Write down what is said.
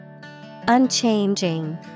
Unchanging